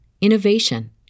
innovation